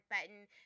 button